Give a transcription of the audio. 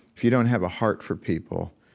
if you don't have a heart for people,